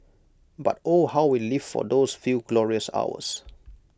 but oh how we lived for those few glorious hours